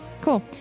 cool